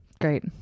Great